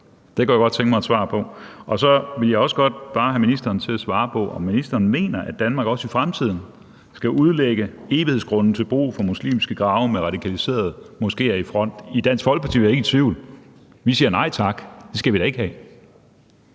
Det kunne jeg godt tænke mig et svar på. Og så vil jeg også godt bare have ministeren til at svare på, om ministeren mener, at Danmark også i fremtiden skal udlægge evighedsgrunde til brug for muslimske grave med radikaliserede moskéer i front. I Dansk Folkeparti er vi ikke i tvivl. Vi siger: Nej tak, det skal vi da ikke have.